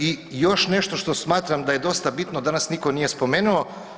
I još nešto što smatram da je dosta bitno danas niko nije spomenuo.